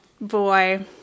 boy